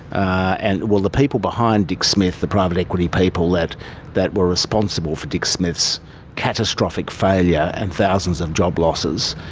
and well, the people behind dick smith, the private equity people that that were responsible for dick smith's catastrophic failure and thousands of jobs losses,